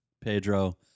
Pedro